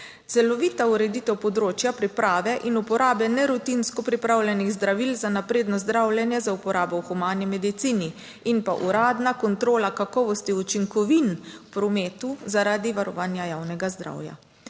Celovita ureditev področja priprave in uporabe ne rutinsko pripravljenih zdravil za napredno zdravljenje, za uporabo v humani medicini in pa uradna kontrola kakovosti učinkovin v prometu zaradi varovanja javnega zdravja.